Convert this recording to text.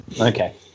okay